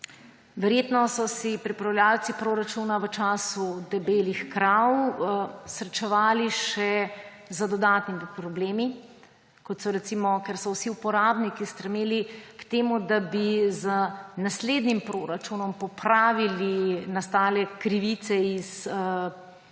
verjetno so si pripravljavci proračuna v času debelih krav srečevali še z dodatnimi problemi, kot so, recimo, ker so vsi uporabniki stremeli k temu, da bi z naslednjim proračunom popravili nastale krivice, ki so